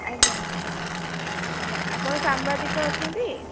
ଆଜ୍ଞା ଆଜ୍ଞା ଆପଣ ସାମ୍ବାଦିକ ଅଛନ୍ତି